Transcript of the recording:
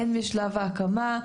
ידון הן בשלב ההקמה,